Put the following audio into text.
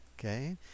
okay